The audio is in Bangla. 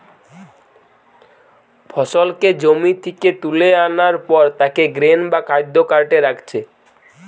ফসলকে জমি থিকে তুলা আনার পর তাকে গ্রেন বা খাদ্য কার্টে রাখছে